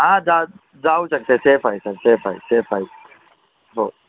हां जा जाऊ शकते सेफ आहे सर सेफ आहे सेफ आहे हो